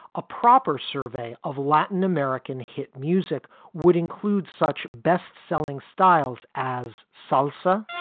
a proper survey of latin american hit music would include such best selling styles as salsa